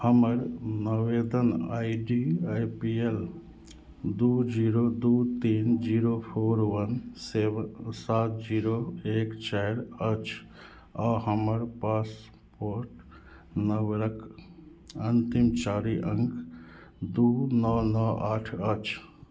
हमर आवेदन I D I P L दू जीरो दू तीन जीरो फोर वन सेवन सात जीरो एक चारि अछि आ हमर पासपोर्ट नंबरक अंतिम चारि अंक दू नओ नओ आठ अछि